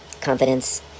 Confidence